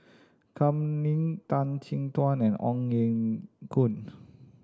Kam Ning Tan Chin Tuan and Ong Ye Kung